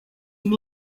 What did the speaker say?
and